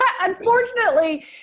Unfortunately